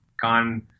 gone